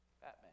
Batman